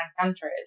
countries